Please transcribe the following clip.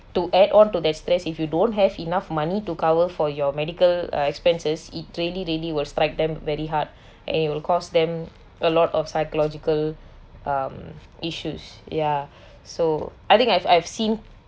to add on to that stress if you don't have enough money to cover for your medical uh expenses it really really will strike them very hard and it'll cost them a lot of psychological um issues ya so I think I've I've seen